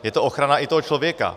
Je to ochrana i toho člověka.